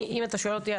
אם אתה שואל אותי,